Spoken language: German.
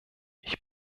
ich